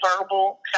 verbal